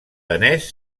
danès